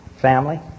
family